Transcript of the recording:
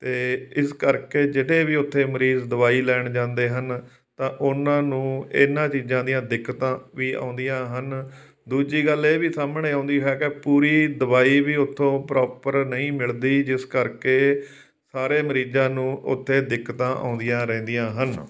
ਅਤੇ ਇਸ ਕਰਕੇ ਜਿਹੜੇ ਵੀ ਉੱਥੇ ਮਰੀਜ਼ ਦਵਾਈ ਲੈਣ ਜਾਂਦੇ ਹਨ ਤਾਂ ਉਹਨਾਂ ਨੂੰ ਇਹਨਾਂ ਚੀਜ਼ਾਂ ਦੀਆਂ ਦਿੱਕਤਾਂ ਵੀ ਆਉਂਦੀਆਂ ਹਨ ਦੂਜੀ ਗੱਲ ਇਹ ਵੀ ਸਾਹਮਣੇ ਆਉਂਦੀ ਹੈ ਕਿ ਪੂਰੀ ਦਵਾਈ ਵੀ ਉਥੋਂ ਪ੍ਰੋਪਰ ਨਹੀਂ ਮਿਲਦੀ ਜਿਸ ਕਰਕੇ ਸਾਰੇ ਮਰੀਜ਼ਾਂ ਨੂੰ ਉੱਥੇ ਦਿੱਕਤਾਂ ਆਉਂਦੀਆਂ ਰਹਿੰਦੀਆਂ ਹਨ